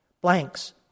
blanks